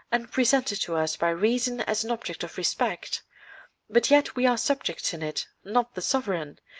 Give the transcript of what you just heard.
and presented to us by reason as an object of respect but yet we are subjects in it, not the sovereign,